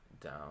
down